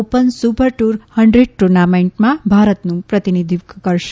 open super tour hundred ટુર્નામેન્ટમાં ભારતનું પ્રતિનિધિત્વ કરશે